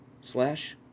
slash